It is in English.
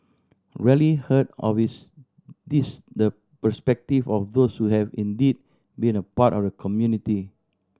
rarely heard of is this the perspective of those who have indeed been a part of the community